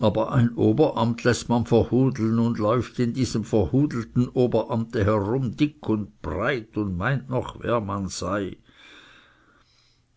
aber ein oberamt läßt man verhudeln und läuft in diesem verhudelten oberamte herum dick und breit und meint noch wer man sei